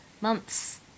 months